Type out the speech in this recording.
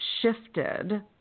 shifted